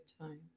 time